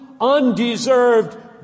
undeserved